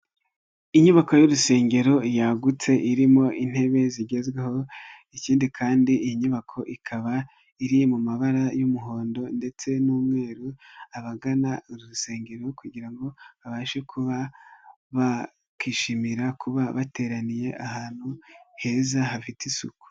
Inyubako y'urusengero yagutse irimo intebe zigezweho, ikindi kandi iyi nyubako ikaba iri mu mabara y'umuhondo ndetse n'umweru, abagana urusengero kugira ngo babashe kuba bakwishimira kuba bateraniye ahantu heza hafite isuku.